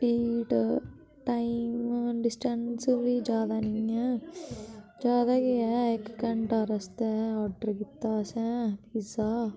भीड़ time distance बी ज्यादा नेईं ऐ ज्यादा गै इक घैंटा रस्ता ऐ आर्डर कीता असें पिज्जा